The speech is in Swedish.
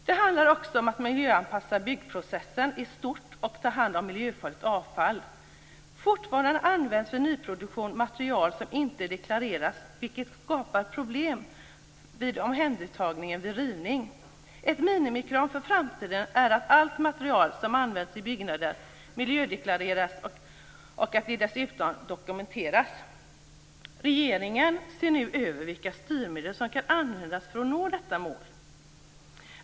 Det handlar också om att miljöanpassa byggprocessen i stort och att ta hand om miljöfarligt avfall. Fortfarande används vid nyproduktion material som inte deklarerats, vilket skapar problem vid omhändertagandet i samband med rivning. Ett minimikrav för framtiden är att allt material som används i byggnader miljödeklareras och dessutom dokumenteras. Regeringen ser nu över vilka styrmedel som kan användas för att nå detta mål.